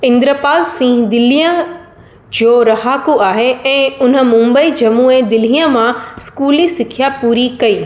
इन्दरपाल सिंह दिल्लीअ जो रहाकू आहे ऐं हुन मुंबई जम्मू ऐं दिल्लीअ मां स्कूली सिख्या पूरी कई